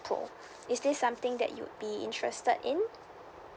pro is this something that you'd be interested in